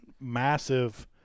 massive